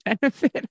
benefit